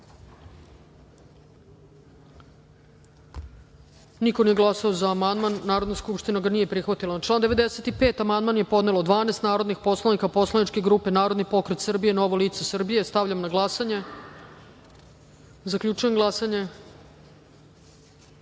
niko nije glasao za amandman. Narodna skupština ga nije prihvatila. Na član 95. amandman je podnelo 12 narodnih poslanika poslaničke grupe Narodni pokret Srbije – Novo lice Srbije. Stavljam na glasanje ovaj amandman. Zaključujem glasanje: